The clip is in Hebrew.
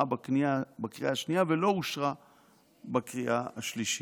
בקריאה השנייה ולא אושרה בקריאה השלישית.